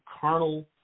carnal